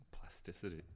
plasticity